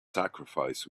sacrifice